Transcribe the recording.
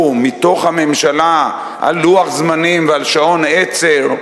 מתוך הממשלה על לוח זמנים ועל שעון עצר,